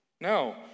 No